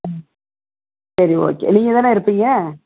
ம் சரி ஓகே நீங்கள் தானே இருப்பீங்க